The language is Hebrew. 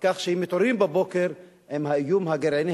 כך שהם מתעוררים בבוקר עם האיום הגרעיני